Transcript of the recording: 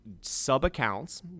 sub-accounts